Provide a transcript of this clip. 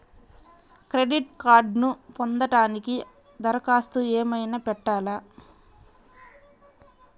Credit కార్డ్ను పొందటానికి దరఖాస్తు ఏమయినా పెట్టాలా?